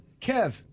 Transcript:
Kev